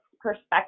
perspective